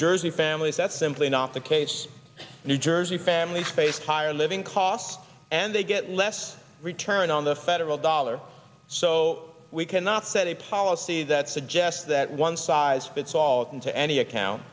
jersey families that's simply not the case new jersey families based higher living costs and they get less return on the federal dollar so we can offset a policy that suggests that one size fits all into any account